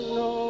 no